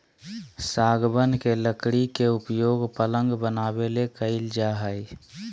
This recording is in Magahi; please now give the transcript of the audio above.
सागवान के लकड़ी के उपयोग पलंग बनाबे ले कईल जा हइ